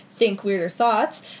ThinkWeirderThoughts